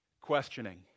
questioning